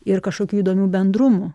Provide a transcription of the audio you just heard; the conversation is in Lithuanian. ir kažkokių įdomių bendrumų